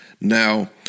Now